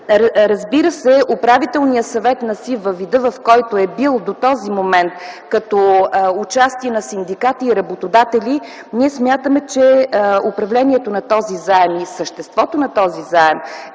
Разбира се, Управителният съвет на СИФ във вида, в който е бил до този момент като участие на синдикати и работодатели - ние смятаме, че управлението на този заем и съществото на този заем